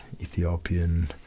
Ethiopian